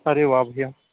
अरे वाह भैया